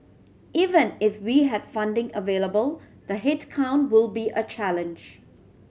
even if we had funding available the headcount will be a challenge